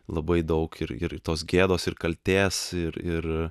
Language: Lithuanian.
labai daug ir ir tos gėdos ir kaltės ir ir